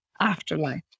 afterlife